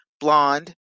blonde